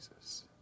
Jesus